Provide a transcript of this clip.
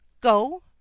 Go